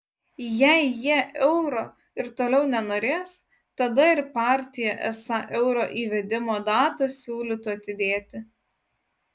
jei jie euro ir toliau nenorės tada ir partija esą euro įvedimo datą siūlytų atidėti